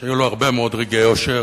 שהיו לו הרבה מאוד רגעי אושר,